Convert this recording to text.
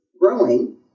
growing